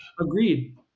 Agreed